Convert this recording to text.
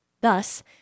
Thus